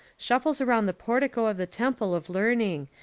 shuffles around the portico of the temple of learning,